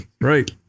right